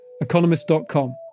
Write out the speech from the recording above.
economist.com